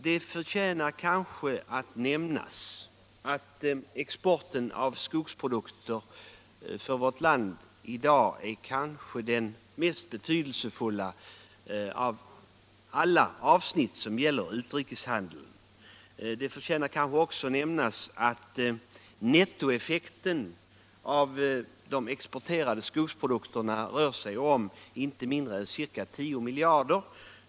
Det förtjänar nämnas att exporten av skogsprodukter i dag är det kanske mest betydelsefulla av alla avsnitt inom utrikeshandeln. Det förtjänar kanske också nämnas att nettoeffekten av de exporterade skogsprodukterna rör sig om inte mindre än ca 10 miljarder kr.